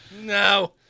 No